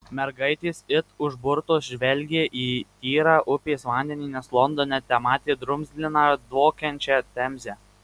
mergaitės it užburtos žvelgė į tyrą upės vandenį nes londone tematė drumzliną dvokiančią temzę